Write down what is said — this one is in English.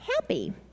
happy